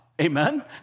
Amen